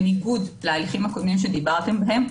בניגוד להליכים הקודמים שדיברתם בהם,